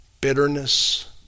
Bitterness